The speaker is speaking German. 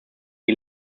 die